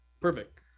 perfect